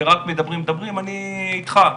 אני איתך,